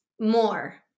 more